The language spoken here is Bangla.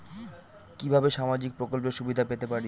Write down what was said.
কিভাবে সামাজিক প্রকল্পের সুবিধা পেতে পারি?